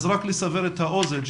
רק לסבר את האוזן,